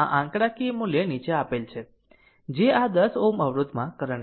આ આંકડાકીય મૂલ્ય નીચે આપેલ છે જે આ 10 Ω અવરોધમાં કરંટ છે